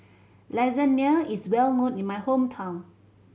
lasagna is well known in my hometown